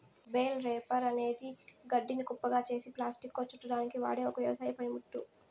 bale wrapper అనేది గడ్డిని కుప్పగా చేసి ప్లాస్టిక్లో చుట్టడానికి వాడె ఒక వ్యవసాయ పనిముట్టు